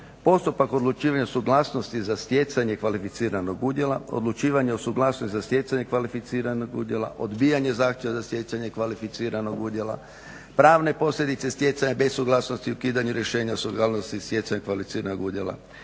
postupak odlučivanja o suglasnosti za stjecanje kvalificiranog udjela, odlučivanje o suglasnosti za stjecanje kvalificiranog udjela, odbijanje zahtjeva za stjecanje kvalificiranog udjela, pravne posljedice stjecanja bez sukladnosti o ukidanju rješenja suglasnosti za stjecanje kvalificiranog udjela,